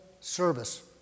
service